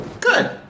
Good